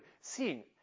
seeing